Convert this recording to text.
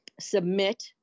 submit